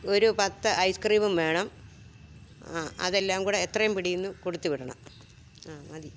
ഒരു പത്ത് ഐസ് ക്രീമും വേണം ആ അതെല്ലാം കൂടെ എത്രയും പിടീന്നു കൊടുത്തു വിടണം ആ മതി